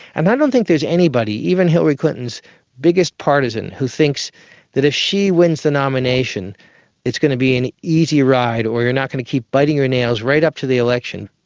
and i don't think there is anybody, even hillary clinton's biggest partisan, who thinks that if she wins the nomination it's going to be an easy ride or you're not going to keep biting your nails right up until the election.